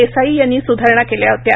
देसाई यांनी सुधारणा केल्या होत्या